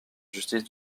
justice